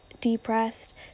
Depressed